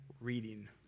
reading